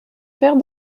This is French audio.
faire